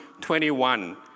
21